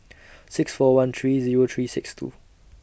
six four one three Zero three six two